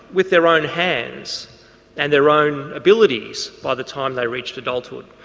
with their own hands and their own abilities by the time they reached adulthood.